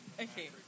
Okay